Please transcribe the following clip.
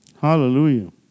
Hallelujah